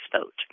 vote